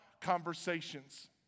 conversations